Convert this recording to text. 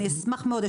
אני אשמח מאוד,